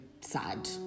sad